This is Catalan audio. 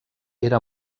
era